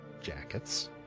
jackets